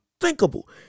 unthinkable